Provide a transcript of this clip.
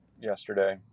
yesterday